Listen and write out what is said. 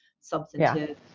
substantive